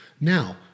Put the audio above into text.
Now